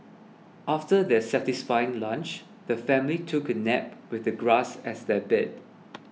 after their satisfying lunch the family took a nap with the grass as their bed